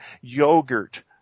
yogurt